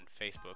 Facebook